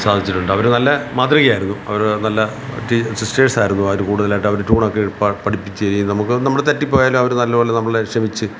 സാധിച്ചിട്ടുണ്ട് അവർ നല്ല മാതൃകയായിരുന്നു അവർ നല്ല ടി സിസ്റ്റേഴ്സ് ആയിരുന്നു അവർ കൂടുതലായിട്ട് അവർ ടൂണൊക്കെ പഠിപ്പിച്ച് തരേം നമുക്ക് നമ്മൾ തെറ്റിപ്പോയാലും അവർ നല്ലപോലെ നമ്മളെ ക്ഷമിച്ച്